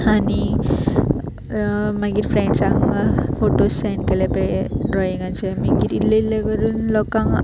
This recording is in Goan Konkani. आनी मागीर फ्रॅण्सांक फोटोज सॅण केले पळय हे ड्रॉइंगाचे मागीर इल्लें इल्लें करून लोकांक